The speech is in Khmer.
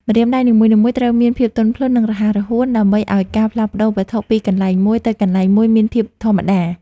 ម្រាមដៃនីមួយៗត្រូវមានភាពទន់ភ្លន់ និង រហ័សរហួនដើម្បីឱ្យការផ្លាស់ប្តូរវត្ថុពីកន្លែងមួយទៅកន្លែងមួយមានភាពធម្មតា។